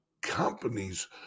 companies